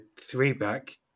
three-back